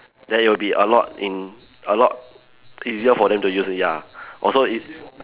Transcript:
then it'll be a lot in a lot easier for them to use ya also if